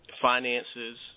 finances